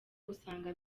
usanga